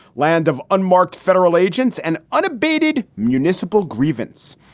land of unmarked federal agents and unabated municipal grievance.